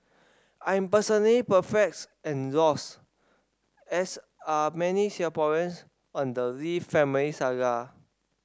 I am personally perplexed and lost as are many Singaporeans on the Lee family saga